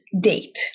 date